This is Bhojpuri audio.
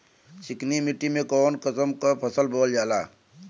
चिकनी मिट्टी में कऊन कसमक फसल बोवल जाई?